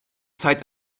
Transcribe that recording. zeit